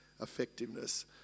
effectiveness